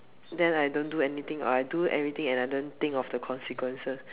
then I don't do anything or I do everything and I don't think of the consequences